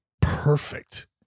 perfect